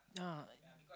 yeah